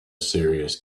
serious